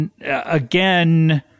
again